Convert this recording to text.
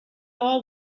all